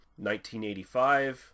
1985